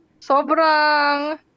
Sobrang